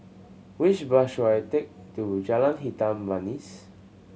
which bus should I take to Jalan Hitam Manis